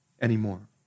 anymore